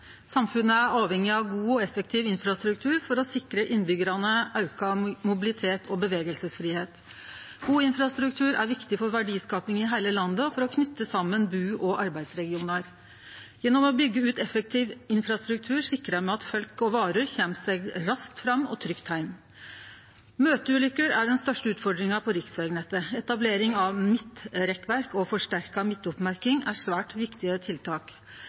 effektiv infrastruktur for å sikre innbyggjarane større mobilitet og fridom til å bevege seg. God infrastruktur er viktig for verdiskaping i heile landet og for å knyte saman bu- og arbeidsregionar. Gjennom å byggje ut effektiv infrastruktur sikrar me at folk og varer kjem seg raskt fram og trygt heim. Møteulykker er den største utfordringa på riksvegnettet. Etablering av nytt rekkverk og forsterka midtoppmerking er svært viktige tiltak.